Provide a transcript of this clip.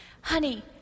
Honey